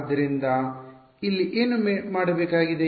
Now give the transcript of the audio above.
ಆದ್ದರಿಂದ ಇಲ್ಲಿ ಏನು ಮಾಡಬೇಕಾಗಿದೆ